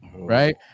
Right